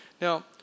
Now